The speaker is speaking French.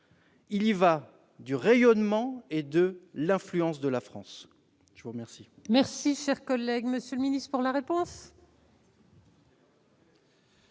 Il y va du rayonnement et de l'influence de la France ! La parole